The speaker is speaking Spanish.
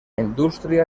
industria